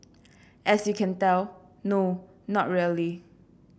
as you can tell no not really